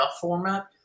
format